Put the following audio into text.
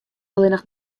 allinnich